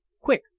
Quick